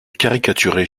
caricaturer